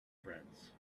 friends